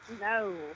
no